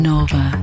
Nova